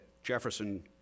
Jefferson